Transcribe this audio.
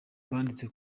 banditse